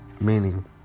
meaning